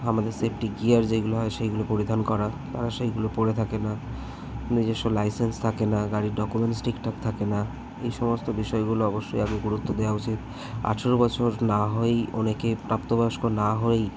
আমাদের safety gear যেইগুলো হয় সেইগুলো পরিধান করা তারা সেইগুলো পরে থাকে না নিজস্ব লাইসেন্স থাকে না গাড়ির ডকুমেন্টস ঠিকঠাক থাকে না এই সমস্ত বিষয়গুলো অবশ্যই আগে গুরুত্ব দেওয়া উচিত আঠেরো বছর না হয়েই অনেকে প্রাপ্তবয়স্ক না হয়েই